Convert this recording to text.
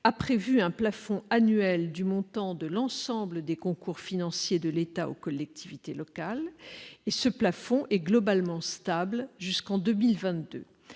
a fixé un plafond annuel de l'ensemble des concours financiers de l'État aux collectivités locales. Ce montant est globalement stable jusqu'en 2022.